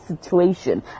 situation